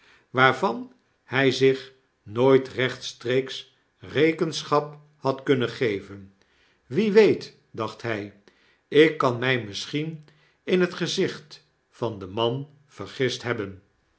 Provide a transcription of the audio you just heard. waarvan hy zich nooit rechtstreeks rekenschap had kunnen geven wie weet dacht hy ik kan my misschien inhetgezicht van den man vergist hebben